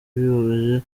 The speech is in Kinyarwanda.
bibabaje